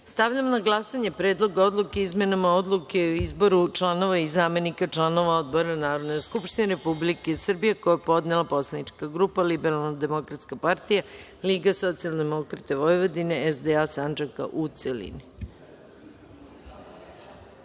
odluke. Stavljam na glasanje Predlog odluke o izmenama Odluke o izboru članova i zamenika članova odbora Narodne skupštine Republike Srbije, koji je podnela poslanička grupa Liberalno demokratska partija – Liga socijaldemokrata Vojvodine-SDA Sandžaka, u